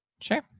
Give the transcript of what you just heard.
sure